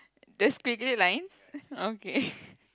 there's squiggly lines okay